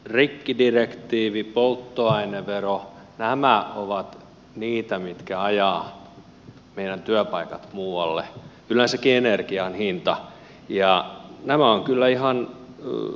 rikkidirektiivi polttoainevero nämä ovat niitä mitkä ajavat meidän työpaikkamme muualle yleensäkin energian hinta ja tämä on kyllä ihan ll